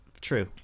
True